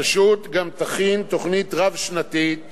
הרשות גם תכין תוכנית רב-שנתית